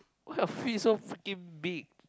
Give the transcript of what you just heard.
why your feet so freaking big